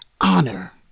honor